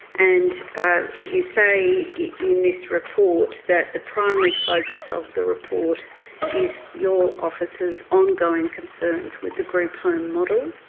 and you say in this report that the primary focus of the report is your office's ongoing concerns with the group home model,